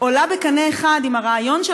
עולה בקנה אחד עם הרעיון של